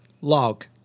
log